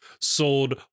sold